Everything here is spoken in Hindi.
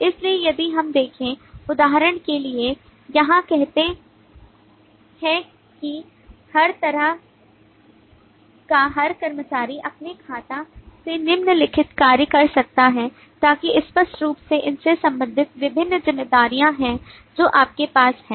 इसलिए यदि हम देखें उदाहरण के लिए यहाँ कहते हैं कि हर तरह का हर कर्मचारी अपने खाते से निम्नलिखित कार्य कर सकता है ताकि स्पष्ट रूप से इनसे संबंधित विभिन्न जिम्मेदारियाँ हैं जो आपके पास हैं